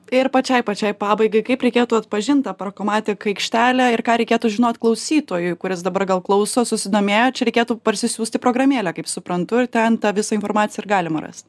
ir pačiai pačiai pabaigai kaip reikėtų atpažint tą parkomatic aikštelę ir ką reikėtų žinot klausytojui kuris dabar gal klauso susidomėjo čia reikėtų parsisiųsti programėlę kaip suprantu ir ten tą visą informaciją ir galima rast